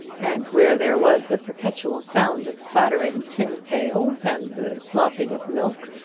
and where there was the perpetual sound of clattering tin pails and the slopping of milk,